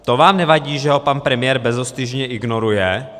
To vám nevadí, že ho pan premiér bezostyšně ignoruje?